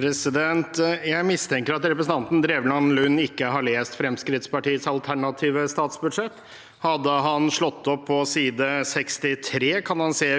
Jeg mistenker at representanten Drevland Lund ikke har lest Fremskrittspartiets alternative statsbudsjett. Hadde han slått opp på side 63,